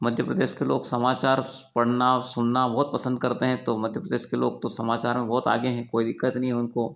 मध्य प्रदेश के लोग समाचार पढ़ना और सुनना बहुत पसंद करते हैं तो मध्य प्रदेश के लोग तो समाचार में बहुत आगे हैं कोई दिक्कत नहीं है उनको